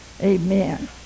Amen